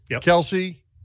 Kelsey